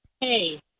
Hey